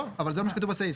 לא, אבל זה מה שכתוב בסעיף.